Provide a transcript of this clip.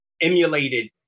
emulated